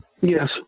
Yes